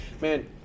Man